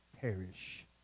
perish